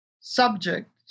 subject